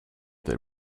that